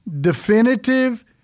definitive